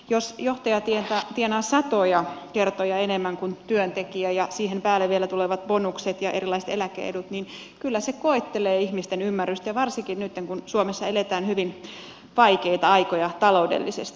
jos johtaja tienaa satoja kertoja enemmän kuin työntekijä ja siihen päälle vielä tulevat bonukset ja erilaiset eläke edut niin kyllä se koettelee ihmisten ymmärrystä ja varsinkin nytten kun suomessa eletään hyvin vaikeita aikoja taloudellisesti